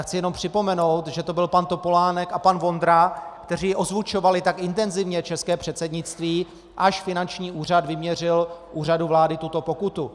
Chci jenom připomenout, že to byl pan Topolánek a pan Vondra, kteří ozvučovali tak intenzivně české předsednictví, až finanční úřad vyměřil Úřadu vlády tuto pokutu.